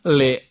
le